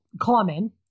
common